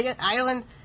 Ireland